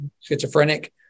schizophrenic